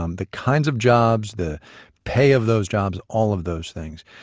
um the kinds of jobs, the pay of those jobs, all of those things.